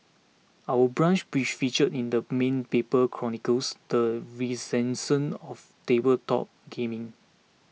Our Brunch feature in the main paper chronicles the renaissance of tabletop gaming